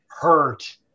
Hurt